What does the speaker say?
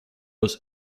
was